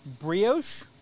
brioche